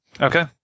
Okay